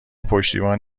پشتیبان